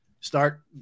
start